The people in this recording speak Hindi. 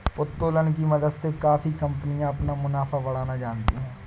उत्तोलन की मदद से काफी कंपनियां अपना मुनाफा बढ़ाना जानती हैं